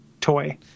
toy